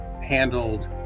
handled